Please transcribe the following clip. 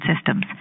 Systems